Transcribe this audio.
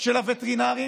של הווטרינרים